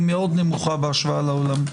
היא מאוד נמוכה בהשוואה לעולם.